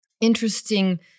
interesting